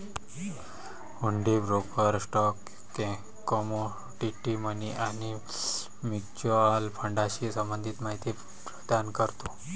हुंडी broker stock, commodity, money आणि mutual फंडाशी संबंधित माहिती प्रदान करतो